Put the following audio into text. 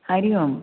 Hari Om